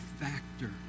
factor